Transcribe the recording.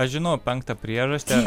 aš žinau penktą priežastį